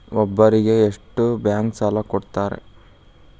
ಒಬ್ಬರಿಗೆ ಎಷ್ಟು ಬ್ಯಾಂಕ್ ಸಾಲ ಕೊಡ್ತಾರೆ?